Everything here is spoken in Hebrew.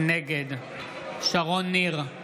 נגד שרון ניר,